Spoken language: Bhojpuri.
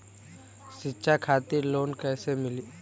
शिक्षा खातिर लोन कैसे मिली?